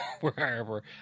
wherever